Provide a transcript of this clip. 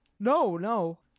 no, no.